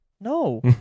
No